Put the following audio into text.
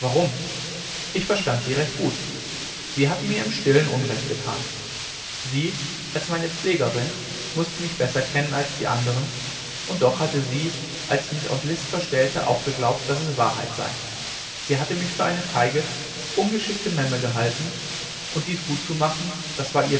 ich verstand sie recht gut sie hatte mir im stillen unrecht getan sie als meine pflegerin mußte mich besser kennen als die andern und doch hatte sie als ich mich aus list verstellte auch geglaubt daß es wahrheit sei sie hatte mich für eine feige ungeschickte memme gehalten und dies gut zu machen das war